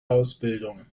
ausbildung